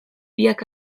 biak